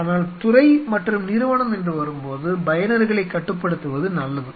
ஆனால் துறை மற்றும் நிறுவனம் என்று வரும்போது பயனர்களைக் கட்டுப்படுத்துவது நல்லது